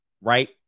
right